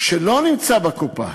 שלא נמצא בקופה,